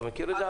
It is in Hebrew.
אתה מכיר את זה?